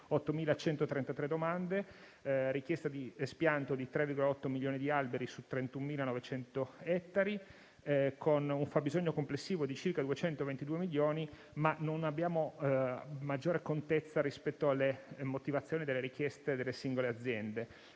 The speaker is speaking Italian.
8.133 domande; richieste di espianto di 3,8 milioni di alberi su 31.900 ettari, con un fabbisogno complessivo di circa 222 milioni, ma non abbiamo maggiore contezza rispetto alle motivazioni delle richieste delle singole aziende.